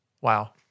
Wow